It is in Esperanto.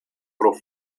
pro